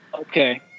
Okay